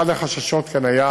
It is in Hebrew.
אחד החששות כאן היה